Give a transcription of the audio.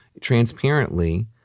transparently